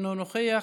אינו נוכח,